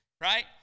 right